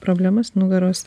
problemas nugaros